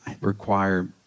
require